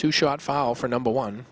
too short fall for number one